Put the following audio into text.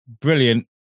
brilliant